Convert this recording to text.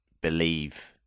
believe